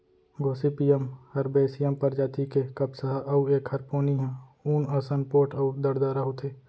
Gossypium हरबैसियम परजाति के कपसा ह अउ एखर पोनी ह ऊन असन पोठ अउ दरदरा होथे